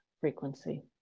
frequency